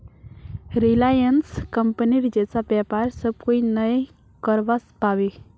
Reliance कंपनीर जैसा व्यापार सब कोई नइ करवा पाबे